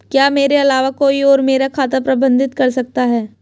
क्या मेरे अलावा कोई और मेरा खाता प्रबंधित कर सकता है?